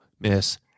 miss